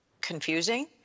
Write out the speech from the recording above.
confusing